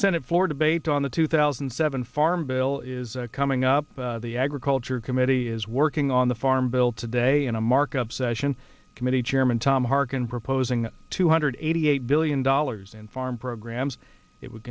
senate floor debate on the two thousand and seven farm bill is coming up the agriculture committee is working on the farm bill today in a markup session committee chairman tom harkin proposing two hundred eighty eight billion dollars in farm programs it would